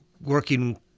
working